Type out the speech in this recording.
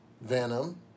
Venom